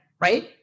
right